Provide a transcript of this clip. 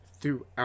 throughout